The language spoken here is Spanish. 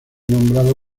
nombrado